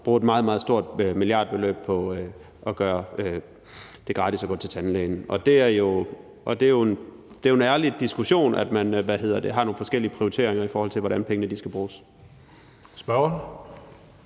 et meget, meget stort milliardbeløb på at gøre det gratis at gå til tandlægen, og det er jo en ærlig diskussion, at man har nogle forskellige prioriteringer, i forhold til hvordan pengene skal bruges.